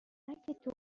کمک